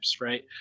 right